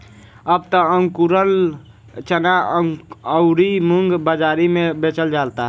अब त अकुरल चना अउरी मुंग बाजारी में बेचल जाता